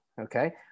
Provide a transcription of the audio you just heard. okay